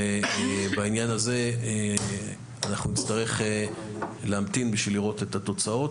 ובעניין הזה אנחנו נצטרך להמתין בשביל לראות את התוצאות,